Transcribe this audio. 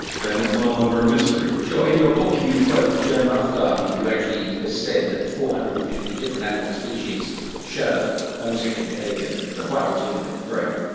that is no longer a mystery. sure, in your book you quote joan roughgarden who actually has said that four hundred and fifty different animal species show homosexual behaviour quite routinely. right.